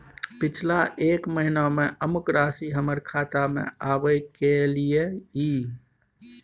पिछला एक महीना म अमुक राशि हमर खाता में आबय कैलियै इ?